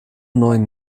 neuen